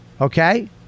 okay